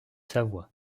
savoie